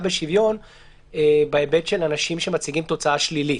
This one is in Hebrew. בשוויון בהיבט של אנשים שמציגים תוצאה שלילית.